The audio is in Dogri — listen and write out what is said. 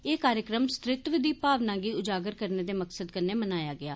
एह् कार्यक्रम स्त्रीत्व दी भावना गी उजागर करने दे मकसद कन्नै मनाया गेआ